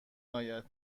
آید